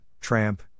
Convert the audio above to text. tramp